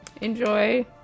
enjoy